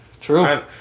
True